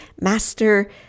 master